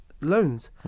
loans